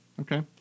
Okay